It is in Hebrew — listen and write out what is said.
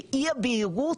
שאי הבהירות,